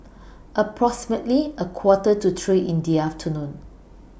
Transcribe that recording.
approximately A Quarter to three in The afternoon